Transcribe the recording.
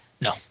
No